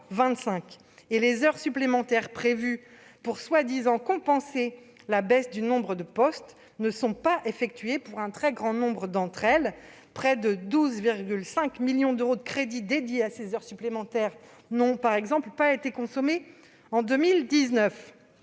aux heures supplémentaires prévues pour soi-disant compenser la baisse du nombre de postes, elles ne sont pas effectuées pour un très grand nombre d'entre elles. Près de 12,5 millions d'euros de crédits dédiés à ces heures supplémentaires n'ont ainsi pas été consommés en 2019.